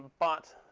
but